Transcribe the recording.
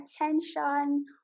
attention